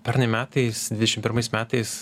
pernai metais dvidešim pirmais metais